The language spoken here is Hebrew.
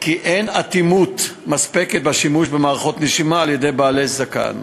כי אין איטום מספק בשימוש במערכות נשימה על-ידי בעלי זקן.